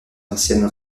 anciennes